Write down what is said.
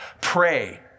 pray